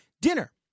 dinner